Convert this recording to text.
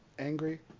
angry